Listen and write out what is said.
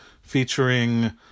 featuring